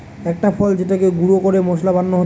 একটা ফল যেটাকে গুঁড়ো করে মশলা বানানো হচ্ছে